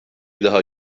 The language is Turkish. daha